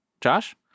Josh